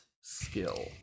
skill